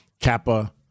Kappa